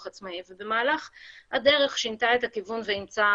עצמאי ובמהלך הדרך שינתה את הכיוון ואימצה